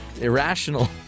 irrational